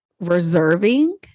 reserving